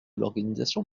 l’organisation